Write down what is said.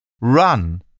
Run